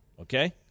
okay